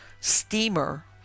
steamer